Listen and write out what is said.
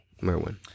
Merwin